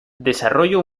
desarrollo